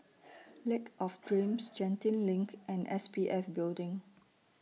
Lake of Dreams Genting LINK and S P F Building